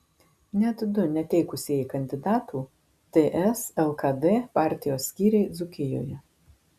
net du neteikusieji kandidatų ts lkd partijos skyriai dzūkijoje